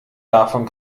davon